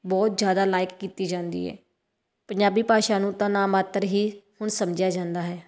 ਬਹੁਤ ਜ਼ਿਆਦਾ ਲਾਇਕ ਕੀਤੀ ਜਾਂਦੀ ਹੈ ਪੰਜਾਬੀ ਭਾਸ਼ਾ ਨੂੰ ਤਾਂ ਨਾ ਮਾਤਰ ਹੀ ਹੁਣ ਸਮਝਿਆ ਜਾਂਦਾ ਹੈ